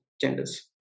genders